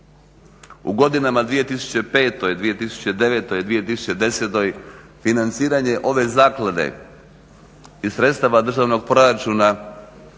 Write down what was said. U godinama 2005., 2009., 2010.financiranje ove zaklade iz sredstava državnog proračuna